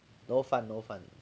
no fun no fun